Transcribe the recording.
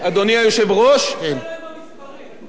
קשה לו עם המספרים.